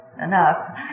Enough